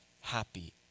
happy